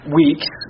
weeks